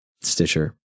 Stitcher